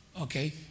Okay